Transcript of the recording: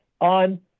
on